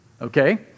okay